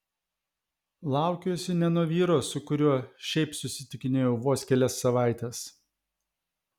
laukiuosi ne nuo vyro su kuriuo šiaip susitikinėjau vos kelias savaites